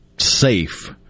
safe